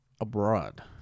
abroad